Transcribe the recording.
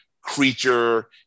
creature